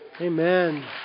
amen